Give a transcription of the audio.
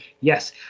yes